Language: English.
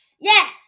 Yes